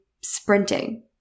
sprinting